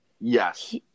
Yes